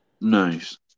Nice